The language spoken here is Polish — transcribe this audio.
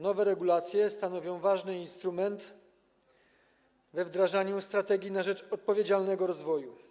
Nowe regulacje stanowią ważny instrument we wdrażaniu „Strategii na rzecz odpowiedzialnego rozwoju”